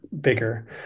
bigger